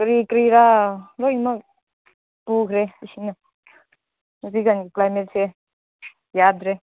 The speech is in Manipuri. ꯀꯔꯤ ꯀꯔꯤꯔ ꯂꯣꯏꯅꯃꯛ ꯄꯨꯈ꯭ꯔꯦ ꯏꯁꯤꯡꯅ ꯍꯧꯖꯤꯛꯀꯥꯟ ꯀ꯭ꯂꯥꯏꯃꯦꯠꯁꯦ ꯌꯥꯗ꯭ꯔꯦ